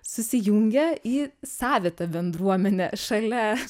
susijungia į savitą bendruomenę šalia